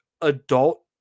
adult